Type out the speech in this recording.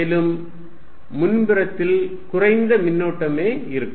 மேலும் முன்புறத்தில் குறைந்த மின்னூட்டமே இருக்கும்